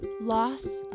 loss